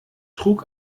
trug